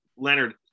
Leonard